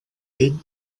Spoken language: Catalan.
ell